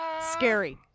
scary